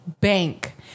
bank